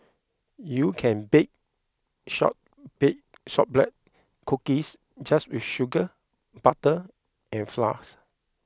you can bake short beat Shortbread Cookies just with sugar butter and flours